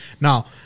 Now